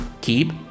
keep